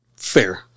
Fair